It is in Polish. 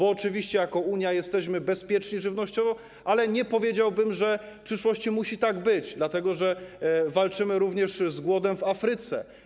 Oczywiście jako Unia jesteśmy bezpieczni żywnościowo, ale nie powiedziałbym, że w przyszłości musi tak być, dlatego że walczymy również z głodem w Afryce.